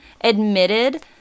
admitted